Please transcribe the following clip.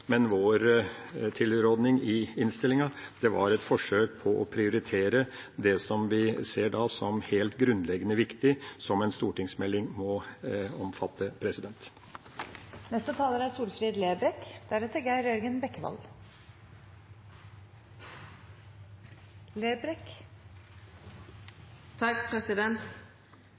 men vår tilrådning i innstillinga var et forsøk på å prioritere det vi ser som helt grunnleggende viktig at en stortingsmelding omfatter. Eg vil fyrst nytta anledninga til å takka Kristeleg Folkeparti for eit veldig godt forslag. Dette er